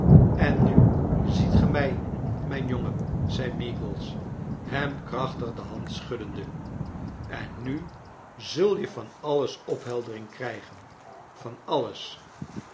en nu ziet ge mij mijn jongen zei meagles hem krachtig de hand schuddende en nu zal je van alles opheldering krijgen van alles